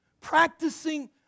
Practicing